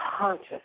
conscious